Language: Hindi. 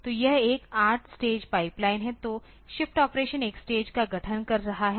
तो यह एक 8 स्टेज पाइपलाइन है तो शिफ्ट ऑपरेशन एक स्टेज का गठन कर रहा है